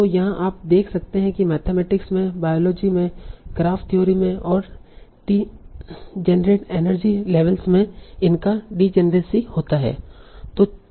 तो यहां आप देख सकते हैं कि मैथमेटिक्स में बायोलॉजी में ग्राफ थ्योरी में और डीजेनेरेट एनर्जी लेवेल्स में इनका डीजेनेरसी होता है